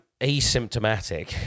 asymptomatic